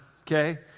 okay